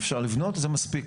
מספיקים.